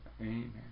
Amen